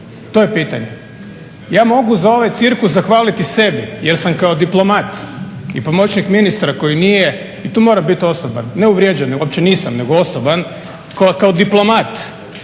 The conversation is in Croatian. to je pitanje? Ja mogu za ovaj cirkus zahvaliti sebi jer sam kao diplomat i pomoćnik ministra koji nije, i tu mora biti osoban neuvrijeđena, uopće nisam nego osoban. Kao diplomat